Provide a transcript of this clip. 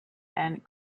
and